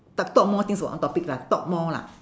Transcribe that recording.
but talk more things about one topic lah talk more lah